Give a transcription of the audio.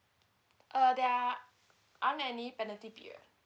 uh there are aren't any penalty period